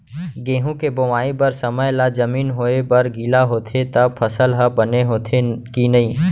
गेहूँ के बोआई बर समय ला जमीन होये बर गिला होथे त फसल ह बने होथे की नही?